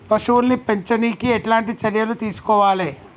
పశువుల్ని పెంచనీకి ఎట్లాంటి చర్యలు తీసుకోవాలే?